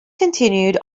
continued